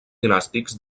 dinàstics